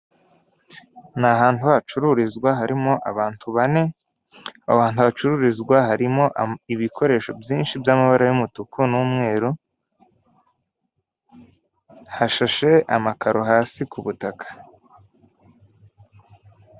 Ni ahantu hacururizwa harimo abantu bane, aho hantu hacururizwa harimo ibikoresho byinshi by'amabara y'umutuku n'umweru, hashashe amakaro hasi ku butaka.